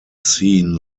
seen